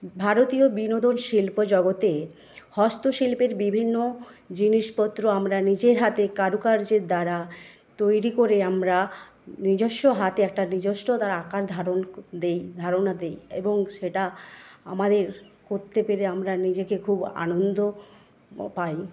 ভারতীয় বিনোদন শিল্প জগতে হস্তশিল্পের বিভিন্ন জিনিসপত্র আমরা নিজের হাতে কারুকার্যের দ্বারা তৈরি করে আমরা নিজস্ব হাতে একটা নিজস্ব আকার ধারণা দিই এবং সেটা আমাদের করতে পেরে আমরা নিজে খুব আনন্দ পাই